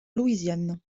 louisiane